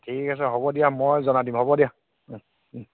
ঠিক আছে হ'ব দিয়া মই জনাই দিম হ'ব দিয়া